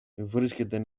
βρίσκεται